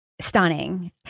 stunning